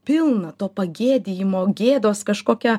pilna to pagėdijimo gėdos kažkokia